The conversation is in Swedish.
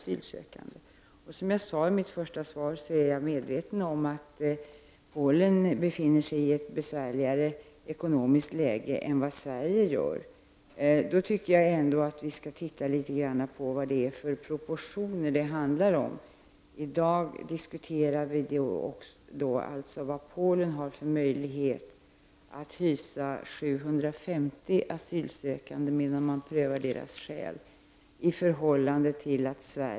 Som jag sade i mitt svar är jag medveten om att Polen befinner sig i ett besvärligare ekonomiskt läge än Sverige. Då tycker jag ändå att vi skall titta litet på vad det är för proportioner det handlar om. I dag diskuterar vi alltså vad Polen har för möjligheter att inhysa 750 asylsökande, medan man prövar deras skäl.